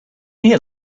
here